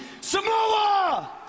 Samoa